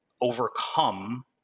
overcome